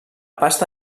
pasta